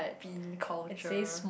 be in culture